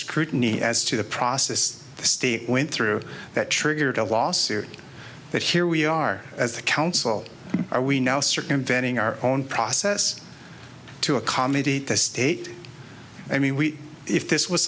scrutiny as to the process the state went through that triggered a lawsuit that here we are as a council are we now circumventing our own process to accommodate the state i mean we if this was